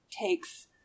takes